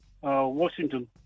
Washington